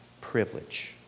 privilege